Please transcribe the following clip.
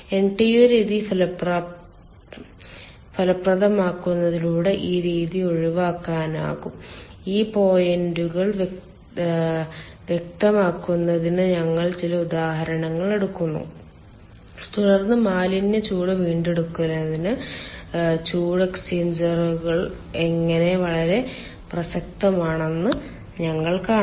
NTU രീതി ഫലപ്രദമാക്കുന്നതിലൂടെ ഈ രീതി ഒഴിവാക്കാനാകും ഈ പോയിന്റുകൾ വ്യക്തമാക്കുന്നതിന് ഞങ്ങൾ ചില ഉദാഹരണങ്ങൾ എടുക്കും തുടർന്ന് മാലിന്യ ചൂട് വീണ്ടെടുക്കുന്നതിന് ചൂട് എക്സ്ചേഞ്ചറുകൾ എങ്ങനെ വളരെ പ്രസക്തമാണെന്ന് ഞങ്ങൾ കാണും